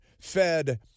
fed